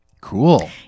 cool